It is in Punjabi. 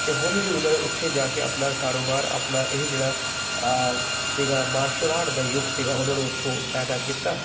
ਅਤੇ ਹੌਲੀ ਹੌਲੀ ਉਹਨਾਂ ਨੇ ਉੱਥੇ ਜਾ ਕੇ ਆਪਣਾ ਕਾਰੋਬਾਰ ਆਪਣਾ ਇਹ ਜਿਹੜਾ ਸੀਗਾ ਮਾਰਸ਼ਲ ਆਰਟ ਦਾ ਯੁੱਗ ਸੀਗਾ ਉਹਨਾਂ ਨੂੰ ਉੱਥੋਂ ਪੈਦਾ ਕੀਤਾ